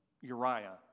Uriah